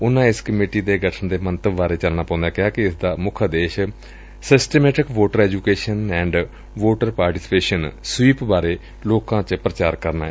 ਉਨ੍ਹਾ ਇਸ ਕਮੇਟੀ ਦੇ ਗਠਨ ਦੇ ਮੰਤਵ ਬਾਰੇ ਚਾਨਣਾ ਪਾਉਦਿਆ ਕਿਹਾ ਕਿ ਇਸ ਦਾ ਮੁੱਖ ਉਦੇਸ਼ systematic voter education and voter participation ਬਾਰੇ ਲੋਕਾਂ ਵਿੱਚ ਪੁਚਾਰ ਕਰਨਾ ਏ